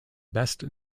best